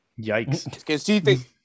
Yikes